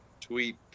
tweet